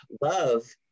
Love